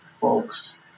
folks